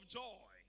joy